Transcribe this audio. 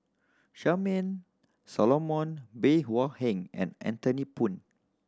Charmaine Solomon Bey Hua Heng and Anthony Poon